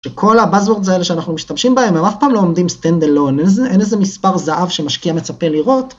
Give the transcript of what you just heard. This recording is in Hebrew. שכל הבאזוורדז האלה שאנחנו משתמשים בהם, הם אף פעם לא עומדים stand alone, אין איזה מספר זהב שמשקיע מצפה לראות.